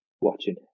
watching